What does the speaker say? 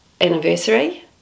anniversary